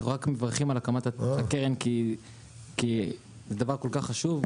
אנחנו רק מברכים על הקמת הקרן כי זה דבר כל כך חשוב,